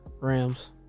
Rams